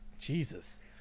Jesus